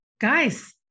guys